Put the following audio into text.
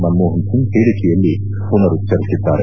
ಮನಮೋಹನ್ ಸಿಂಗ್ ಹೇಳಿಕೆಯಲ್ಲಿ ಮನರುಚ್ವರಿಸಿದ್ದಾರೆ